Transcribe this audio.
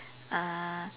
uh